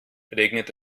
regnet